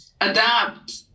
adapt